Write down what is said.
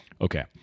Okay